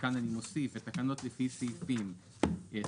וכאן אני מוסיף "התקנות לפי סעיפים 29(ז),